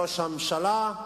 ראש הממשלה,